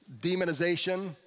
demonization